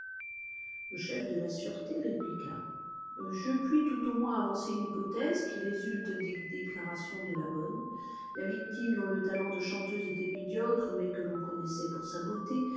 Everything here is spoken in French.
le chef de la sûreté répliqua je puis tout au moins avancer une hypothèse qui résulte des déclarations de la bonne la victime dont le talent de chanteuse était médiocre mais que l'on connaissait pour sa beauté